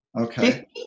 Okay